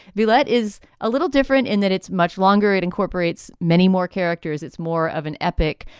veillette is a little different in that it's much longer. it incorporates many more characters. it's more of an epic.